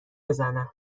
بزنم